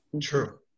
True